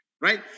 Right